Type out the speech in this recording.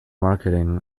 marketing